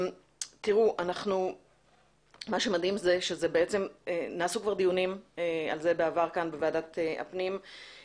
מה שמדהים זה שנעשו כבר דיונים על זה בעבר כאן בוועדת הפנים,